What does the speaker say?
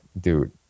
dude